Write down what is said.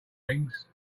wings